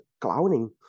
clowning